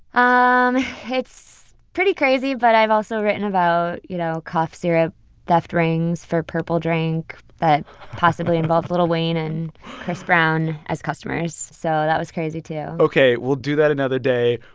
um it's pretty crazy. but i've also written about, you know, cough syrup theft rings for purple drank that possibly involved lil wayne and chris brown as customers. so that was crazy too ok, we'll do that another day.